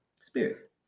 spirit